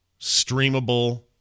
streamable